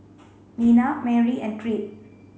Nena Marie and Creed